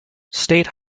state